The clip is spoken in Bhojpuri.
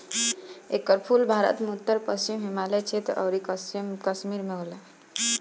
एकर फूल भारत में उत्तर पश्चिम हिमालय क्षेत्र अउरी कश्मीर में होला